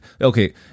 Okay